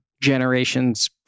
generations